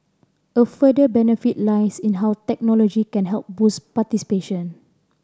a further benefit lies in how technology can help boost participation